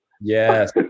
Yes